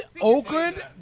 Oakland